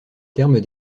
terme